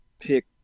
pick